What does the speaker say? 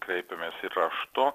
kreipėmės ir raštu